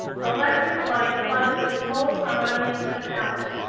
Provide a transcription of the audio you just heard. electric light flooded this whole harmonious totality,